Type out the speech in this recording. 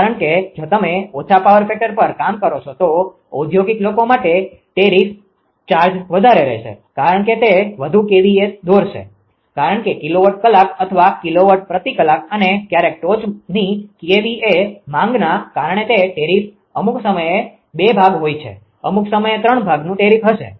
કારણ કે જો તમે ઓછા પાવર ફેક્ટર પર કામ કરો છો તો ઔદ્યોગિક લોકો માટે ટેરિફ ચાર્જ વધારે રહેશે કારણ કે તે વધુ kVA દોરશે કારણ કે કિલોવોટ કલાક અથવા કિલોવોટ પ્રતિ કલાક અને ક્યારેક ટોચની kVA માંગના કારણે તે ટેરિફ અમુક સમયે બે ભાગ હોય છે અમુક સમયે ત્રણ ભાગનુ ટેરિફ હશે